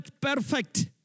perfect